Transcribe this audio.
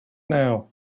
now